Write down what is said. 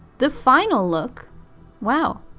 the final look wow,